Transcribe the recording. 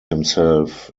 himself